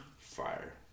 Fire